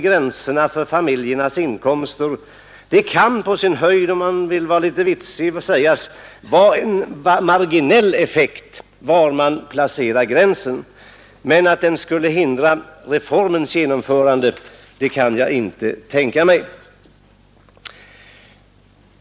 Det kan på sin höjd, om man vill vara litet vitsig, sägas att det blir en marginell effekt var man än placerar gränsen för familjernas inkomster. Men att det skulle hindra reformens genomförande kan jag inte tänka mig.